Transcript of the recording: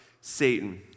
Satan